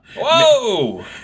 Whoa